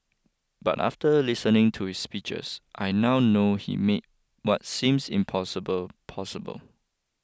but after listening to his speeches I now know he made what seems impossible possible